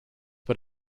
but